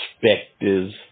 perspectives